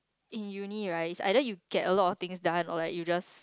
in uni right is either you get a lot of things done or like you just